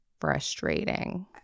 frustrating